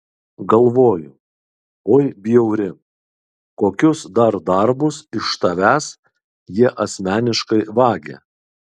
galvoju oi bjauri kokius dar darbus iš tavęs jie asmeniškai vagia